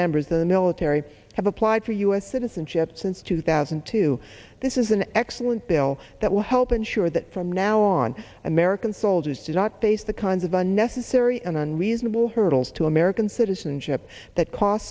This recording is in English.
members of the military have applied for u s citizenship since two thousand and two this is an excellent bill that will help ensure that from now on american soldiers do not face the kinds of unnecessary and unreasonable hurdles to american citizenship that cost